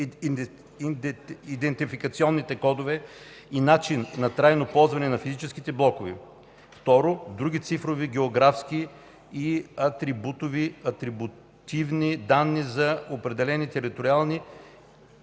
идентификационните кодове и начин на трайно ползване на физическите блокове; 2. други цифрови географски и атрибутивни данни за определени територии